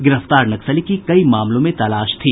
गिरफ्तार नक्सली की कई मामलों में तलाश थी